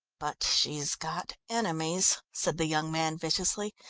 but she's got enemies, said the young man viciously,